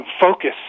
focus